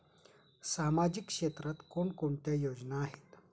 सामाजिक क्षेत्रात कोणकोणत्या योजना आहेत?